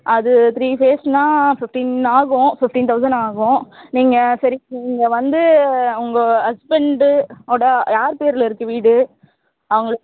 அது த்ரீ ஃபேஸ்ன்னால் ஃபிஃப்டீன் ஆகும் ஃபிஃப்டீன் தௌஸண்ட் ஆகும் நீங்கள் சரி நீங்கள் வந்து உங்கள் ஹஸ்பெண்டு ஒட யார் பேரில் இருக்குது வீடு அவங்கள